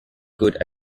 good